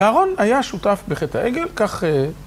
אהרון היה שותף בחטא העגל, כך...